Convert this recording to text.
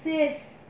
sis